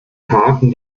parken